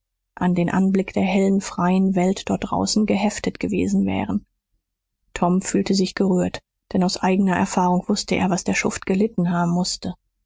an den anblick der hellen freien welt dort draußen geheftet gewesen wären tom fühlte sich gerührt denn aus eigener erfahrung wußte er was der schuft gelitten haben mußte